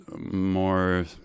more